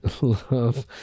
love